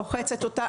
גם כשהיא רוחצת אותה,